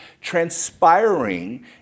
transpiring